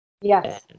Yes